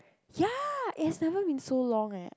ya it has never been so long eh